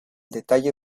detalle